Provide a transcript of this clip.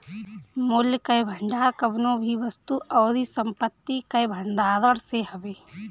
मूल्य कअ भंडार कवनो भी वस्तु अउरी संपत्ति कअ भण्डारण से हवे